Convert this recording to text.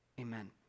amen